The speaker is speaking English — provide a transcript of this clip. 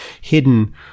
hidden